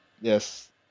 Yes